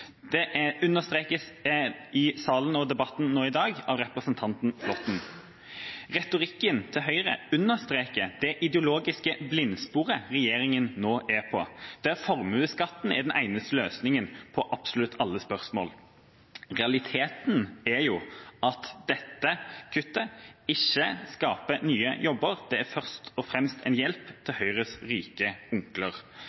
Det understrekes i salen og i debatten nå i dag av representanten Flåtten. Retorikken til Høyre understreker det ideologiske blindsporet regjeringa nå er på, der formuesskatten er den eneste løsningen på absolutt alle spørsmål. Realiteten er jo at dette kuttet ikke skaper nye jobber, det er først og fremst en hjelp til